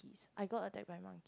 I got attacked by monkeys